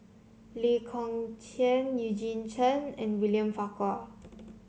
Lee Kong Chian Eugene Chen and William Farquhar